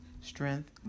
strength